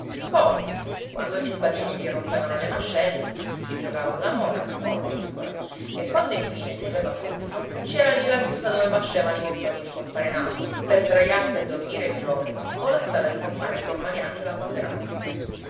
poi quando gli sbadigli vi rompevano le mascelle si giocava alla mora o a briscola e quando infine si aveva sonno ci era lì la chiusa dove pascevano i montoni di compare naso per sdraiarsi a dormire il giorno o la stalla di comare suor mariangela quand'era notte